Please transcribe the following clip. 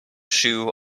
shoe